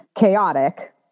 chaotic